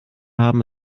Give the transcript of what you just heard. haben